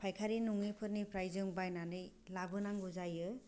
फायखारि नङैफोरनिफ्राय जों बायनानै लाबोनांगौ जायो